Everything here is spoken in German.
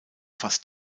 fast